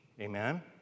amen